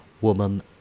woman